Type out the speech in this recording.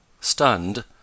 Stunned